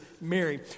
Mary